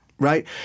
Right